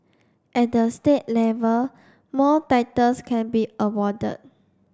at the state level more titles can be awarded